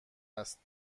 است